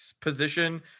position